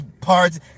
parts